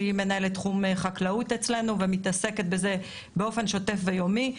שהיא מנהלת תחום חקלאות אצלנו ומתעסקת בזה באופן שוטף ויומי,